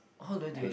how do I deal